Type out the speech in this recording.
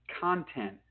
content